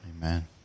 Amen